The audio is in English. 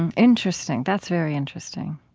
and interesting. that's very interesting.